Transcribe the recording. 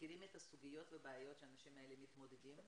מכירים את הסוגיות והבעיות שהאנשים האלה מתמודדים איתן.